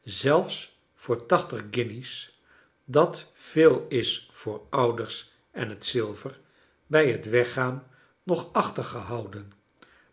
zelfs voor tachtig guinjes dat veel is voor ouders en het zilver bij het weggaan nog achtergehouden